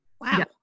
Wow